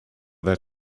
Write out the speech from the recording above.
that